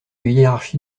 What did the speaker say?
hiérarchie